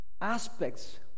aspects